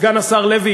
סגן השר לוי,